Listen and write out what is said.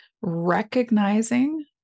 recognizing